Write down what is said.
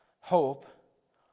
hope